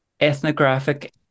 ethnographic